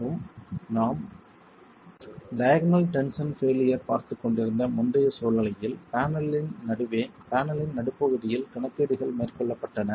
மற்றும் நாம் diagonal tension failure பார்த்துக்கொண்டிருந்த முந்தைய சூழ்நிலையில் பேனலின் நடுவில் பேனலின் நடுப்பகுதியில் கணக்கீடுகள் மேற்கொள்ளப்பட்டன